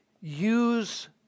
use